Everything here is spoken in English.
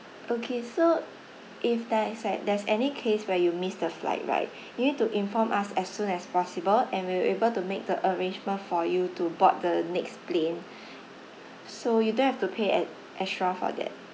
okay so if there is like there's any case where you miss the flight right you need to inform us as soon as possible and we're able to make the arrangement for you to board the next plane so you don't have to pay ex~ extra for that